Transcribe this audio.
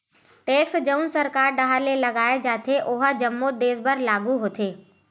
tax जउन सरकार डाहर ले लगाय जाथे ओहा जम्मो देस बर लागू होथे